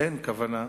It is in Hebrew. אין כוונה,